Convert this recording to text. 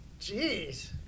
Jeez